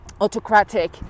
autocratic